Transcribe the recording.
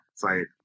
fight